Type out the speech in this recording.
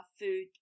food